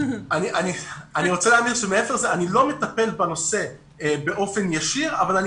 אני לא מטפל בנושא באופן ישיר אבל אני